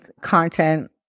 content